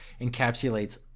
encapsulates